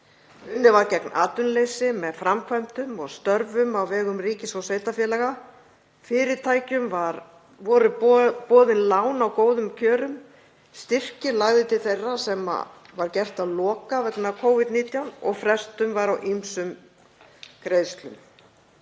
Unnið var gegn atvinnuleysi með framkvæmdum og störfum á vegum ríkis og sveitarfélaga. Fyrirtækjum voru boðin lán á góðum kjörum, styrkir lagðir til þeirra sem var gert að loka vegna Covid-19 og frestun var á ýmsum greiðslum,